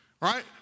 right